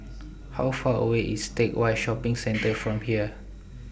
How Far away IS Teck Whye Shopping Centre from here